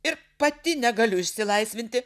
ir pati negaliu išsilaisvinti